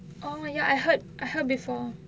oh ya I heard I heard before